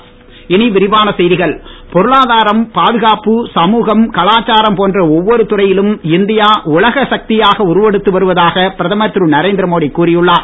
மோடி பொருளாதாரம் பாதுகாப்புசமூகம்கலாச்சாரம் போன்ற ஒவ்வொரு துறையிலும் இந்தியா உலக சக்தியாக உருவெடுத்து வருவதாக பிரதமர் திரு நரேந்திரமோடி கூறி உள்ளார்